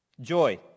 Joy